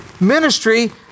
ministry